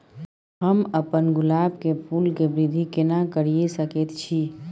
हम अपन गुलाब के फूल के वृद्धि केना करिये सकेत छी?